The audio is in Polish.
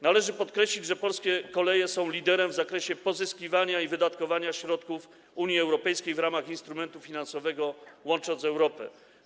Należy podkreślić, że polskie koleje są liderem w zakresie pozyskiwania i wydatkowania środków Unii Europejskiej w ramach instrumentu finansowego „Łącząc Europę”